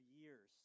years